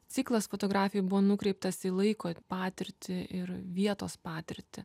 ciklas fotografijoj buvo nukreiptas į laiko patirtį ir vietos patirtį